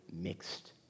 mixed